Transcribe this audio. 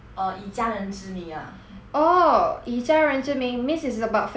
orh 以家人之名 means it's about family ah what type of drama is that